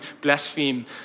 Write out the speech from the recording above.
blaspheme